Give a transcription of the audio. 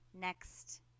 next